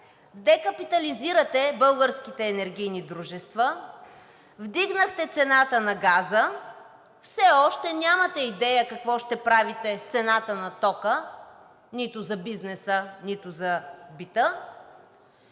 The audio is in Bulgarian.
декапитализирахте българските енергийни дружества, вдигнахте цената на газта. Все още нямате идея какво ще правите с цената на тока – нито за бизнеса, нито за бита.